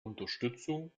unterstützung